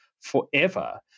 forever